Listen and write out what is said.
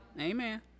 amen